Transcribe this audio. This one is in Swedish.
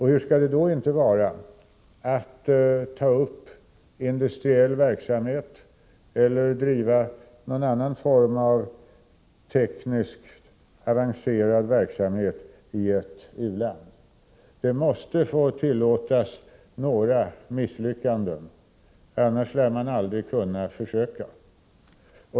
Hur skall det då inte vara att ta upp industriell verksamhet eller driva någon annan form av tekniskt avancerad verksamhet i ett u-land. Några misslyckanden måste tillåtas, annars lär man aldrig kunna försöka.